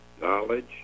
knowledge